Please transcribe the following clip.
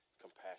compassion